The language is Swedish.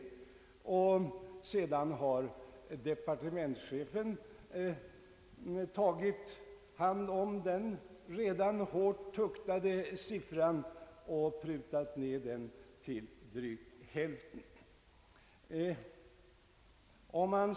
Departementschefen har därefter tagit hand om den redan hårt tuktade siffran och prutat ned den till drygt hälften.